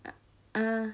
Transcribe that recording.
ah